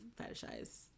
fetishize